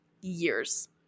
years